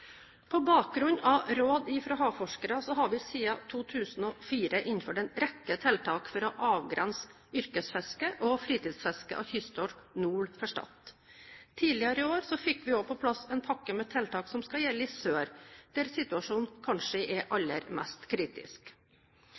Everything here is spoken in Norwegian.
På bakgrunn av råd fra havforskerne har vi siden 2004 innført en rekke tiltak for å avgrense yrkesfisket og fritidsfisket av kysttorsk nord for Stad. Tidligere i år fikk vi også på plass en pakke med tiltak som skal gjelde i sør, der situasjonen kanskje er aller mest kritisk.